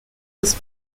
was